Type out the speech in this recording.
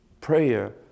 prayer